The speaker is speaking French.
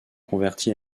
convertis